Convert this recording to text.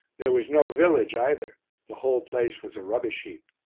there was no village either the whole place was a rubbish-heap.